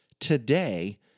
today